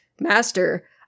master